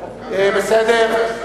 שאת כל זה אמרנו.